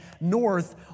north